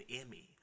emmy